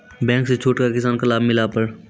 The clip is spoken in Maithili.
बैंक से छूट का किसान का लाभ मिला पर?